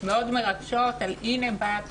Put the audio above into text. מאוד מרגשות על הינה באה התוכנית,